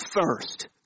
first